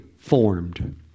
formed